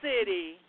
City